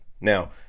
Now